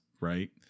right